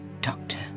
Doctor